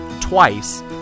twice